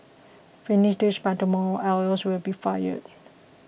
finish this by tomorrow or else you'll be fired